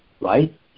right